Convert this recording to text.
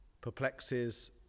perplexes